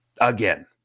Again